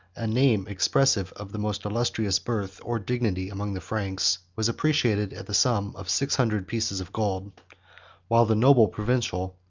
a name expressive of the most illustrious birth or dignity among the franks, was appreciated at the sum of six hundred pieces of gold while the noble provincial,